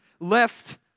left